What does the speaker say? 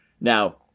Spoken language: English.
Now